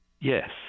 Yes